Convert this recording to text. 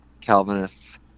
Calvinists